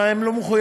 כי הם לא מחויבים,